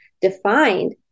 defined